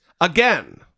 again